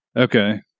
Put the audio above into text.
Okay